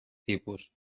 tipus